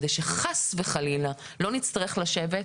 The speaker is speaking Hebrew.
כדי שחס וחלילה לא נצטרך לשבת,